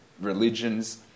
religions